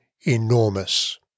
enormous